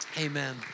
Amen